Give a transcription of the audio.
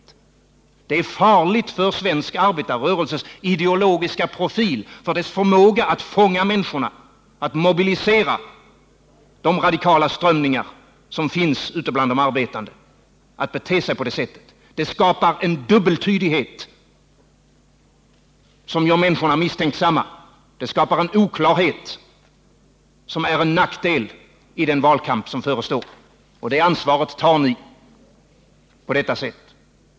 Att bete sig på det sättet är farligt för svensk arbetarrörelses ideologiska profil, för dess förmåga att fånga människorna och att mobilisera de radikala strömningar som finns ute bland de arbetande. Det skapar en dubbeltydighet som gör människorna misstänksamma. Det skapar en oklarhet som är till nackdel för den valkamp som förestår. Det ansvaret tar ni när ni agerar på detta sätt.